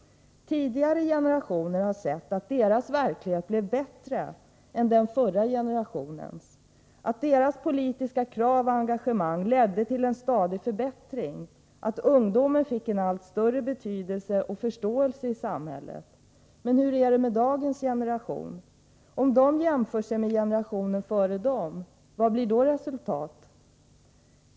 Tidigare generationer har sett att deras verklighet blev bättre än den förra generationens, att deras politiska krav och engagemang ledde till en stadig förbättring, att ungdomen fick en allt större betydelse och förståelse i samhället. Men hur är det med dagens generation? Om de ungdomarna jämför sig med generationen före dem — vad blir då resultatet?